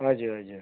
हजुर हजुर